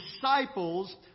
disciples